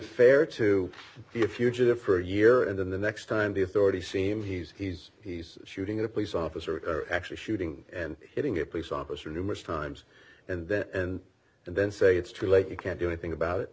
fair to be a fugitive for a year in the next turn the authorities seem he's he's he's shooting at a police officer actually shooting and hitting a police officer numerous times and that and then say it's true late you can't do a thing about